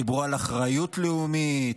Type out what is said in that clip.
דיברו על אחריות לאומית,